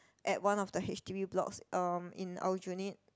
at one of the h_d_b blocks um in Aljunied